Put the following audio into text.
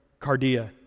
cardia